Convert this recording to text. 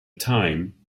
time